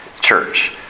church